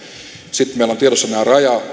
sitten meillä on tiedossa nämä